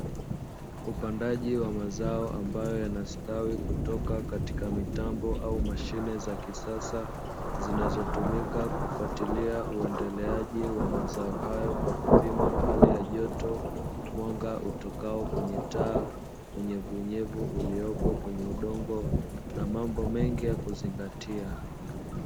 Upandaji wa mazao ambayo yanastawi kutoka katika mitambo au mashine za kisasa, zinazotumika kufuatilia uendeleaje wa mazao hayo kwa kupima hali ya joto mwanga utokao kwenye taa unyevu unyevu uliopo kwenye udongo na mambo mengi ya kuzingatia.